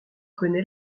connais